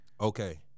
Okay